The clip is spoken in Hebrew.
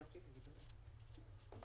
נמצאת אתנו?